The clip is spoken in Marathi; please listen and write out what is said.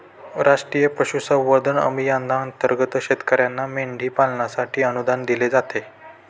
राष्ट्रीय पशुसंवर्धन अभियानांतर्गत शेतकर्यांना मेंढी पालनासाठी अनुदान दिले जाते